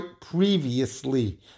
previously